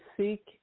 seek